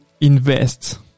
invest. &